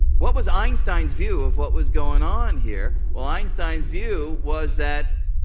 what was einstein's view of what was going on here? well, einstein's view was that,